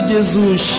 Jesus